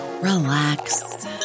relax